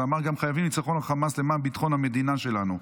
הוא גם אמר: חייבים ניצחון על חמאס למען ביטחון המדינה שלנו.